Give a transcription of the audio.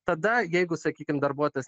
tada jeigu sakykim darbuotojas